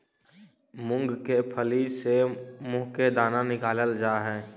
मूंग के फली से मुंह के दाना निकालल जा हई